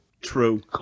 True